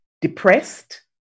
depressed